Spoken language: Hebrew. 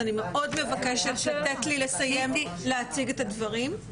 אני מאוד מבקשת לתת לי לסיים להציג את הדברים.